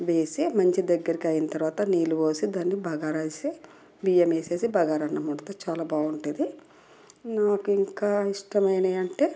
వేసి మంచి దగ్గరికి అయిన తర్వాత నీళ్లు పోసి దాన్ని బగారా వేసి బియ్యం వేసేసి బగారా అన్నం వండితే చాలా బాగుంటుంది నాకు ఇంకా ఇష్టమైనవి అంటే